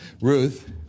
Ruth